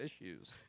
issues